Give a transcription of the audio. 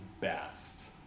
best